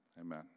Amen